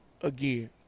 again